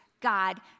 God